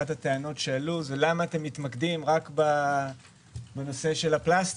אחת הטענות שהעלו הייתה למה מתמקדים רק בנושא הפלסטיק,